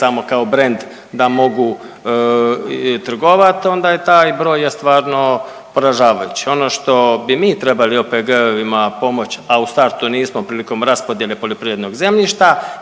samo kao brend da mogu trgovat onda taj je broj stvarno poražavajući. Ono što bi mi trebali OPG-ovima pomoć, a u startu nismo prilikom raspodjele poljoprivrednog zemljišta